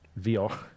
VR